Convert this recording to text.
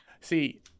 See